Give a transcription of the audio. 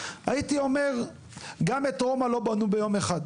הייתי אומר גם את רומא לא בנו ביום אחד.